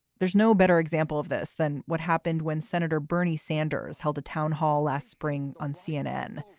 there's no better example of this than what happened when senator bernie sanders held a town hall last spring on cnn.